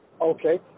Okay